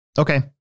Okay